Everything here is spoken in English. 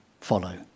follow